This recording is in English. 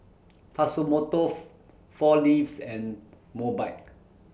Tatsumoto four Leaves and Mobike